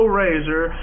razor